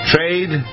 Trade